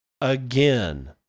Again